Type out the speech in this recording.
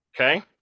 okay